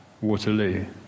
Waterloo